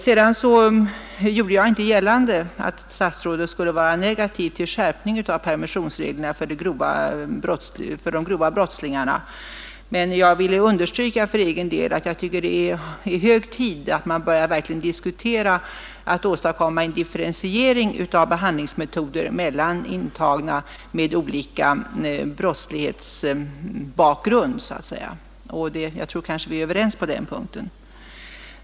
Jag gjorde inte gällande att statsrådet skulle vara negativ till en skärpning av permissionsreglerna för de grova brottslingarna, men jag vill för min del understryka att jag tycker att det är hög tid att man verkligen börjar diskutera en differentiering av behandlingsmetoderna för intagna med olika brottslighetsbakgrund så att säga. Jag tror att vi är överens på den punkten.